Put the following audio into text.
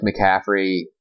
McCaffrey